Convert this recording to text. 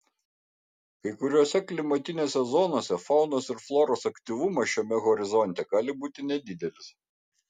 kai kuriose klimatinėse zonose faunos ir floros aktyvumas šiame horizonte gali būti nedidelis